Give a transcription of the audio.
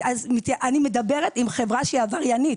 אז אני מדברת עם חברה שהיא עבריינית.